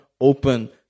open